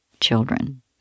children